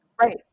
Right